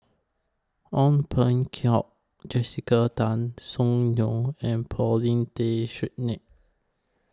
Ong Peng Keo Jessica Tan Soon Neo and Paulin Tay Straughan